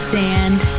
sand